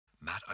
Matt